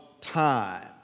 time